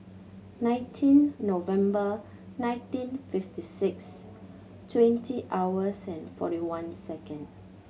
nineteen November nineteen fifty six twenty hours and forty one second